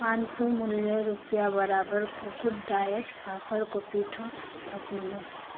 पाँच सय मूल्य रुपियाँ बराबरको गुड डाइट फापरको पिठो थप्नु होस्